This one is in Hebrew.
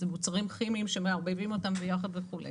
זה מוצרים כימיים שמערבבים אותם ביחד וכולי.